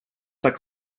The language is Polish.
tak